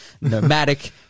nomadic